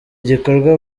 gikorwa